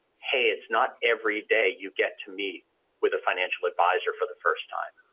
hey, it's not every day you get to meet with a financial advisor for the first time.